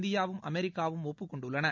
இந்தியாவும் அமெரிக்காவும் ஒப்புக் கொண்டுள்ளன